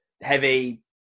Heavy